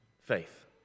Faith